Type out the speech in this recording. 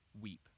weep